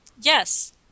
Yes